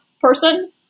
person